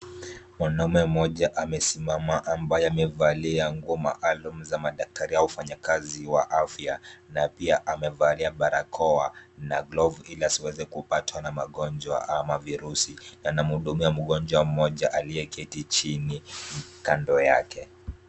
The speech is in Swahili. Mwanaume mmoja amesimama ambaye amevalia nguo maalum za madaktari au wafanyakazi wa afya na pia amevalia barakoa na glovu ili asiweze kupatwa na magonjwa ama virusi na anamhudumia mgonjwa mmoja aliyeketi chini kando yake.